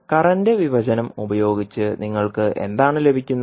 current വിഭജനം ഉപയോഗിച്ച് നിങ്ങൾക്ക് എന്താണ് ലഭിക്കുന്നത്